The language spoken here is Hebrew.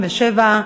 57)